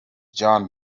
john